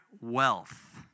wealth